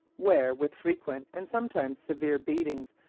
where, with frequent and sometimes severe beatings,